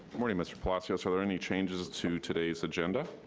morning, mr. palazzio. so are there any changes to today's agenda?